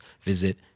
visit